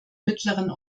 mittleren